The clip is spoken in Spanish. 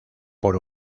por